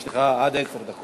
יש לך עד עשר דקות.